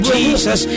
Jesus